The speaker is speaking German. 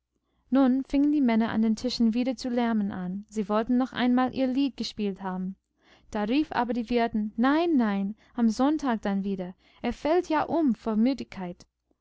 nun fingen die männer an den tischen wieder zu lärmen an sie wollten noch einmal ihr lied gespielt haben da rief aber die wirtin nein nein am sonntag dann wieder er fällt ja um vor müdigkeit